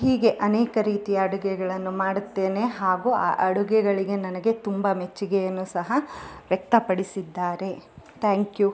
ಹೀಗೆ ಅನೇಕ ರೀತಿಯ ಅಡುಗೆಗಳನ್ನು ಮಾಡುತ್ತೇನೆ ಹಾಗೂ ಆ ಅಡುಗೆಗಳಿಗೆ ನನಗೆ ತುಂಬ ಮೆಚ್ಚುಗೆಯನ್ನು ಸಹ ವ್ಯಕ್ತಪಡಿಸಿದ್ದಾರೆ ತ್ಯಾಂಕ್ ಯು